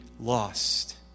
lost